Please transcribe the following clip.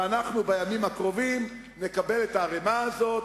ואנחנו בימים הקרובים נקבל את הערימה הזאת,